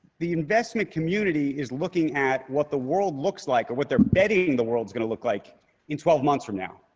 the investment community is looking at what the world looks like, or what they're betting the world is going to look like in twelve months from now.